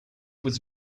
was